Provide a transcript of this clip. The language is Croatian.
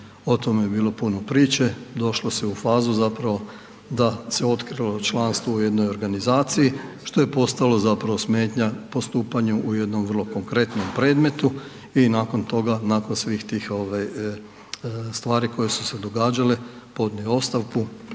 o tome je bilo puno priče, došlo se u fazu zapravo da se otkrilo članstvo u jednoj organizaciji što je postalo zapravo smetnja postupanju u jednom vrlo konkretnom predmetu i nakon toga, nakon svih tih ovaj stvari koje su se događale podnio je ostavku